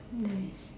nice